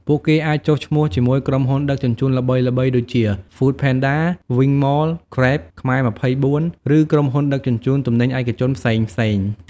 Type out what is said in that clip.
ពួកគេអាចចុះឈ្មោះជាមួយក្រុមហ៊ុនដឹកជញ្ជូនល្បីៗដូចជា ហ្វូដផេនដា, វីង ម៉ល, ហ្គ្រេប , ខ្មែរ២៤ ឬក្រុមហ៊ុនដឹកជញ្ជូនទំនិញឯកជនផ្សេងៗ។